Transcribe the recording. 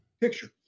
picture